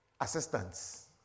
assistants